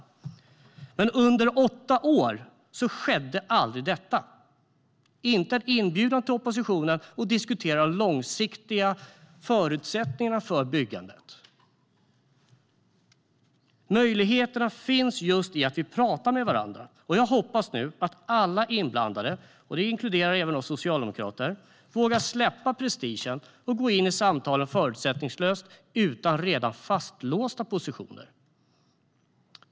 Men under åtta år skedde aldrig detta. Inte en inbjudan kom till oppositionen om att diskutera de långsiktiga förutsättningarna för byggandet. Möjligheterna finns just i att vi pratar med varandra. Jag hoppas nu att alla inblandade, även vi socialdemokrater, vågar släppa prestigen och gå in i samtalen förutsättningslöst, utan redan fastlåsta positioner.